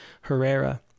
Herrera